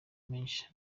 menshi